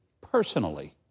personally